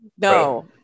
No